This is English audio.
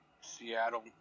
Seattle